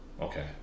okay